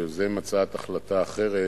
שיוזם הצעת החלטה אחרת,